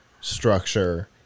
structure